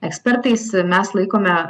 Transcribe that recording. ekspertais mes laikome